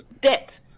debt